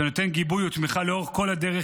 שנותן גיבוי ותמיכה לאורך כל הדרך,